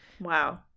wow